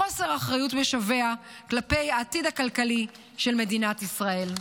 בחוסר אחריות משווע כלפי העתיד הכלכלי של מדינת ישראל.